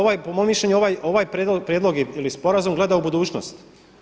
Ovaj, po mom mišljenju ovaj prijedlog ili sporazum gleda u budućnost.